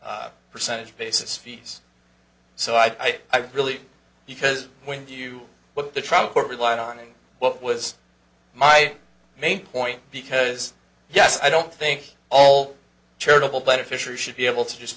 percentage basis fees so i think really because when do you what the trial court relied on and what was my main point because yes i don't think all charitable beneficiaries should be able to just